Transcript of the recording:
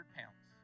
pounds